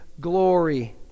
glory